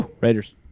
Raiders